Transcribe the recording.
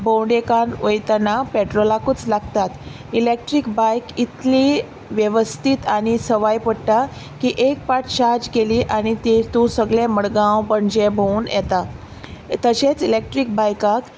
भोंवडेकान वयतना पेट्रोलाकूच लागतात इलॅक्ट्रीक बायक इतली वेवस्थीत आनी सवाय पडटा की एक पावट चार्ज केली आनी ते तूं सगळें मडगांव पणजे भोंवून येता तशेंच इलॅक्ट्रीक बायकाक